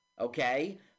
okay